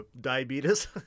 diabetes